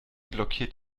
blockiert